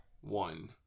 one